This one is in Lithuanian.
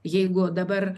jeigu dabar